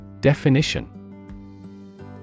Definition